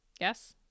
Yes